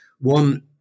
One